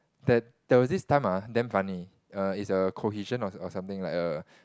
that that was this time ah damn funny err is a cohesion or or something like a